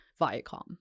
viacom